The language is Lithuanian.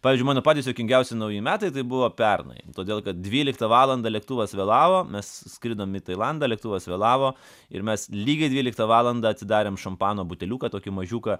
pavyzdžiui mano patys juokingiausi nauji metai tai buvo pernai todėl kad dvyliktą valandą lėktuvas vėlavo mes s skridom į tailandą lėktuvas vėlavo ir mes lygiai dvyliktą valandą atsidarėm šampano buteliuką tokį mažiuką